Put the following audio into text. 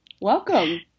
Welcome